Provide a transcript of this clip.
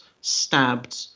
stabbed